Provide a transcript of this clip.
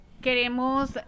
Queremos